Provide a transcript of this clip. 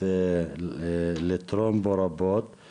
וההתנגדות שלנו